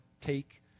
take